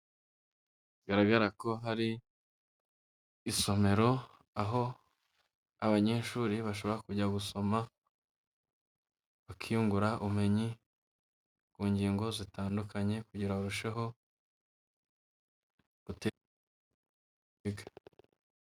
Bigaragara ko hari isomero aho abanyeshuri bashobora kujya gusomera bakiyungura ubumenyi ku ngingo zitandukanye, kugira ngo barusheho gute...